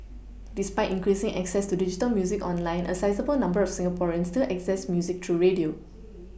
despite increasing access to digital music online a sizeable number of Singaporeans still access music through radio